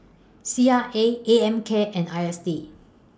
C R A A M K and I S D